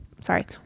sorry